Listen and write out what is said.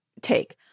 take